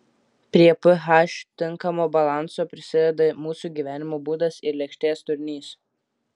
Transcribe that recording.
prie ph tinkamo balanso prisideda mūsų gyvenimo būdas ir lėkštės turinys